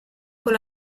con